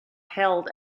held